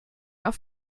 auf